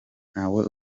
ntawe